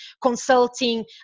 consulting